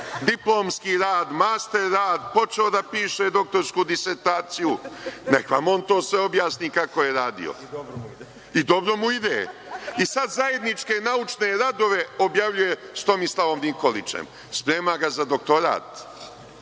diplomski rad, master rad, počeo da piše doktorsku disertaciju. Neka vam on to sve objasni kako je radio, i dobro mu ide. Sada zajedničke naučne radove objavljuje sa Tomislavom Nikolićem. Sprema ga za doktorat.